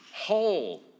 whole